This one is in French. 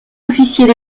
officiers